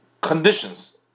conditions